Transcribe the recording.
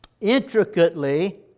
Intricately